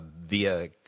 via